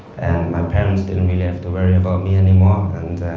and my parents didn't really have to worry about me anymore. um